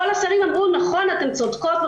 כל השרים אמרו: נכון, אתן צודקות.